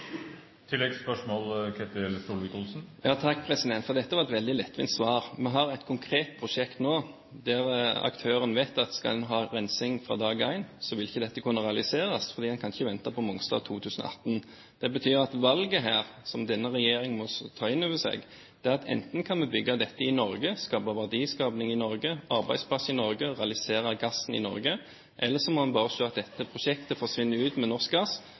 Dette var et veldig lettvint svar. Vi har et konkret prosjekt nå der aktørene vet at skal en ha rensing fra dag én, vil ikke dette kunne realiseres, for en kan ikke vente på Mongstad 2018. Det betyr at valget her er – som denne regjeringen må ta inn over seg – at enten kan vi bygge dette i Norge, få verdiskaping i Norge, arbeidsplasser i Norge og realisere gassen i Norge, eller vi må se at dette prosjektet forsvinner ut med norsk gass